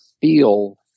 feel